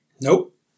Nope